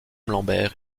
lambert